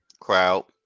crowd